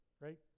right